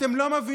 אתם לא מבינים?